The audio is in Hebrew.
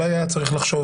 אולי היה צריך לחשוב